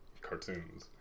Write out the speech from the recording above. cartoons